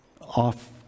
off